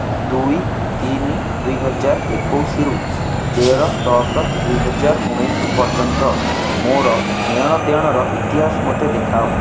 ଦୁଇ ତିନି ଦୁଇହଜାର ଏକୋଇଶରୁ ତେର ଦଶ ଦୁଇହଜାର ଉଣେଇଶ ପର୍ଯ୍ୟନ୍ତ ମୋର ନେଅଣଦେଅଣର ଇତିହାସ ମୋତେ ଦେଖାଅ